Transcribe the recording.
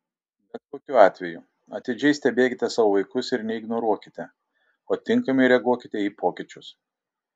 bet kokiu atveju atidžiai stebėkite savo vaikus ir neignoruokite o tinkamai reaguokite į pokyčius